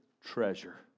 treasure